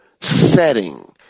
setting